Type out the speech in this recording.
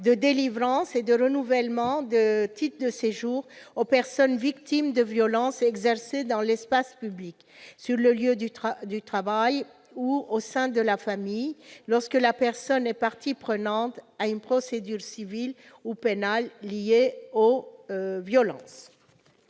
de délivrance et de renouvellement de titres de séjour aux personnes victimes de violences exercées dans l'espace public, sur leur lieu de travail ou au sein de la famille, lorsque la personne est partie prenante à une procédure civile ou pénale liée aux violences.